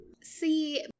See